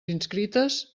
inscrites